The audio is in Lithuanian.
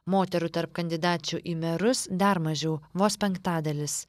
moterų tarp kandidačių į merus dar mažiau vos penktadalis